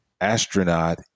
Astronaut